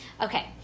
Okay